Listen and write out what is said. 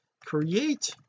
create